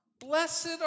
Blessed